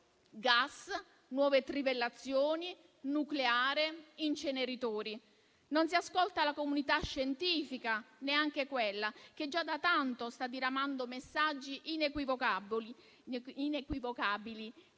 gas, nuove trivellazioni, nucleare e inceneritori. Non si ascolta la comunità scientifica, neanche quella che già da tanto sta diramando messaggi inequivocabili.